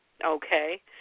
Okay